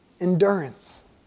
Endurance